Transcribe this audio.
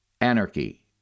anarchy